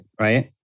right